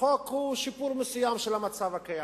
החוק הוא שיפור מסוים של המצב הקיים.